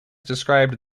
described